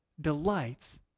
delights